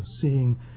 seeing